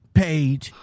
page